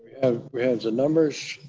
have the numbers.